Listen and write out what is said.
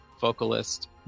vocalist